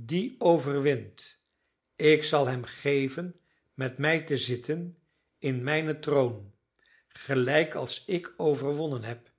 die overwint ik zal hem geven met mij te zitten in mijnen troon gelijk als ik overwonnen heb